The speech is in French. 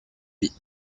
vie